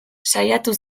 saiatu